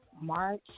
March